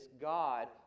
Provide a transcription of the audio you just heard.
God